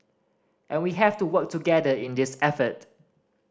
and we have to work together in this effort